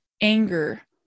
anger